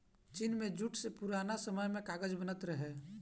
चीन में जूट से पुरान समय में कागज बनत रहे